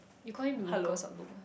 you call him Lucas or Luc